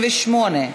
38,